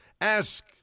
Ask